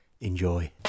Enjoy